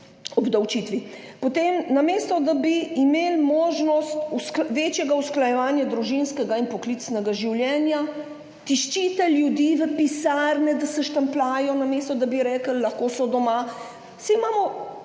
obdavčitvi. Namesto tega, da bi imeli možnost večjega usklajevanja družinskega in poklicnega življenja, tiščite ljudi v pisarne, da se štempljajo, namesto da bi rekli, lahko so doma, saj imamo